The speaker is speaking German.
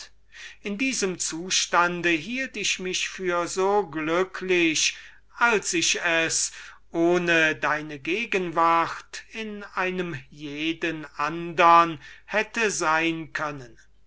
in diesem zustand hielt ich mich für so glücklich als ich es ohne deine gegenwart in einem jeden andern hätte sein können